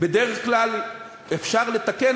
בדרך כלל אפשר לתקן,